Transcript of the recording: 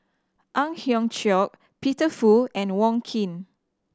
Ang Hiong Chiok Peter Fu and Wong Keen